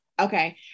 Okay